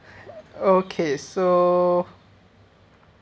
okay so